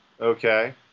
Okay